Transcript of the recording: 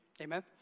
Amen